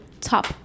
top